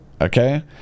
okay